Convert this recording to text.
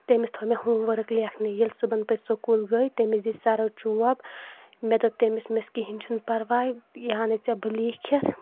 تٔمس تھوٚو مےٚ ہوم ؤرک لیکھنَے ییٚلہِ صُبحن پتہٕ سکوٗل گٔے تٔمِس دِتۍ سرَو چوب مےٚ دوٚپ تٔمِس میس کِہِنۍ چھُنہٕ پرواے یہِ انَے ژےٚ بہٕ لیٖکھِتھ